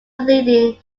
leading